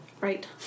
Right